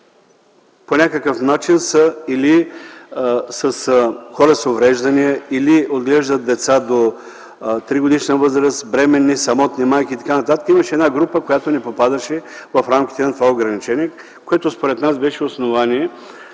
по някакъв начин са хора с увреждания или отглеждат деца до 3-годишна възраст, бременни, самотни майки и т.н. Имаше една група, която не попадаше в рамките на това ограничение, което според нас беше основание